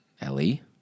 Ellie